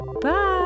Bye